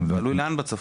תלוי לאן בצפון.